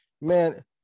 Man